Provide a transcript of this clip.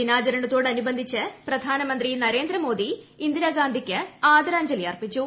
ദിനാചരണത്തോടനുബന്ധിച്ച് പ്രധാനമന്ത്രി നരേന്ദ്രമോഡി ഇന്ദിരാ ഗാന്ധിക്ക് ആദരാഞ്ജലി അർപ്പിച്ചു